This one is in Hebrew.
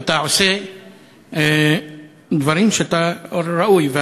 ואתה עושה דברים ראויים.